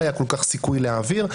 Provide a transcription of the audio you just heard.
כל כך סיכוי להעביר,